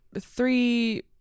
three